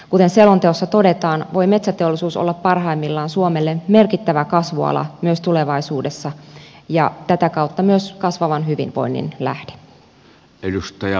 kuten selonteossa todetaan voi metsäteollisuus olla parhaimmillaan suomelle merkittävä kasvuala myös tulevaisuudessa ja tätä kautta myös kasvavan hyvinvoinnin lähde